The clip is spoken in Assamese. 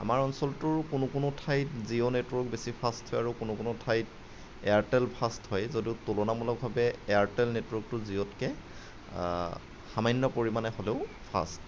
আমাৰ অঞ্চলটোৰ কোনো কোনো ঠাইত জিঅ নেটৱৰ্ক বেছি ফাষ্ট আৰু কোনো কোনো ঠাইত এয়াৰটেল ফাষ্ট হয় যদিও তুলনামূলকভাৱে এয়াৰটেল নেটৱৰ্কটো জিঅ'তকৈ সামান্য পৰিমাণে হ'লেও ফাষ্ট